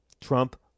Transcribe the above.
Trump